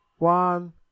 One